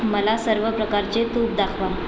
मला सर्व प्रकारचे तूप दाखवा